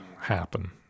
happen